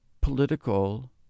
political